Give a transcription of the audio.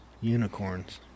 unicorns